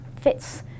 fits